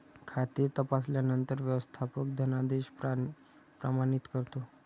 खाते तपासल्यानंतर व्यवस्थापक धनादेश प्रमाणित करतो